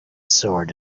sword